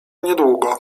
niedługo